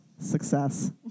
success